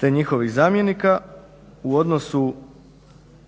te njihovih zamjenika u odnosu,